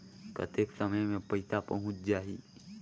कतेक समय मे पइसा पहुंच जाही?